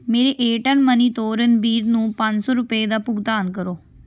ਮੇਰੇ Airtel money ਤੋਂ ਰਣਬੀਰ ਨੂੰ ਪੰਜ ਸੌ ਰੁਪਏ ਦਾ ਭੁਗਤਾਨ ਕਰੋ